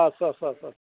आस्सा आस्सा आस्सा